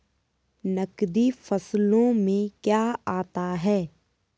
नकदी फसलों में क्या आता है?